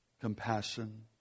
compassion